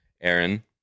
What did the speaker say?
Aaron